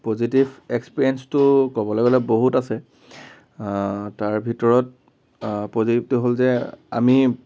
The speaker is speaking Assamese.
পজিটিভ এক্সপিৰিয়েন্সটো ক'বলৈ গ'লে বহুত আছে তাৰ ভিতৰত পজিটিভটো হ'ল যে আমি